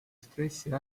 stressi